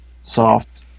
soft